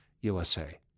USA